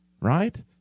right